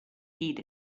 heed